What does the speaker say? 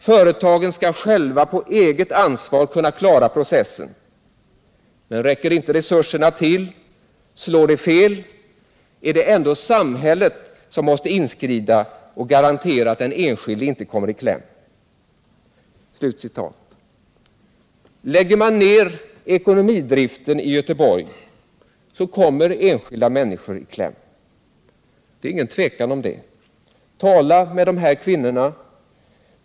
Företagen skall själva på eget ansvar kunna klara processen. Men räcker inte resurserna till, slår det fel, är det ändå samhället som måste inskrida och garantera att den enskilde inte kommer i kläm.” Lägger man ner ekonomidriften i Göteborg så kommer enskilda människor i kläm. Det råder ingen tvekan om det. Tala med de här kvinnorna!